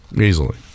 Easily